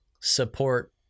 support